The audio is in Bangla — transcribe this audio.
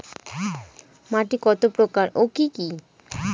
মাটি কতপ্রকার ও কি কী?